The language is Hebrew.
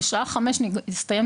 בשעה 17:00 מסתיים